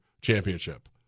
championship